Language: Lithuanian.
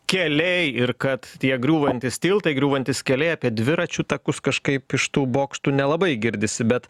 keliai ir kad tie griūvantys tiltai griūvantys keliai apie dviračių takus kažkaip iš tų bokštų nelabai girdisi bet